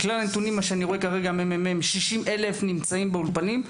מהכלל הנתונים של הממ"מ, 60,000 נמצאים באולפנים.